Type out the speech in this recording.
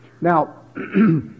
Now